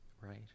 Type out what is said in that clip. Right